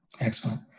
excellent